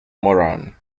moran